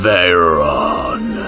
Veyron